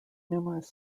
numerous